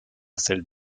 celles